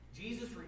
Jesus